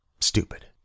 Stupid